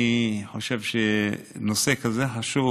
אני חושב שבנושא כזה חשוב